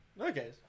Okay